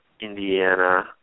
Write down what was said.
Indiana